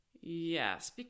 Yes